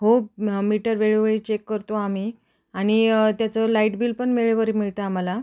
हो मीटर वेळोवेळी चेक करतो आम्ही आणि त्याचं लाईट बिल पण वेळेवर मिळते आम्हाला